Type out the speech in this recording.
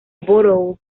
borough